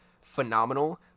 phenomenal